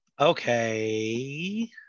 okay